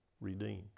redeemed